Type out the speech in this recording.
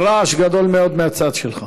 הרעש גדול מאוד מהצד שלך.